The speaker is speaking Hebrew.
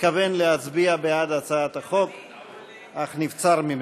התכוון להצביע בעד הצעת החוק אך נבצר ממנו.